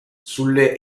sulle